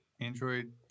Android